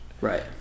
Right